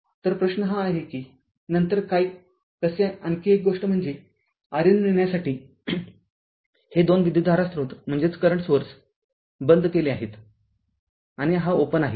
तर प्रश्न हा आहे की नंतर काय कसे आणखी एक गोष्ट म्हणजे RN मिळण्यासाठी हे दोन विद्युतधारा स्रोत बंद केले आहेत आणि हा ओपन आहे